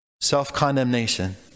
Self-condemnation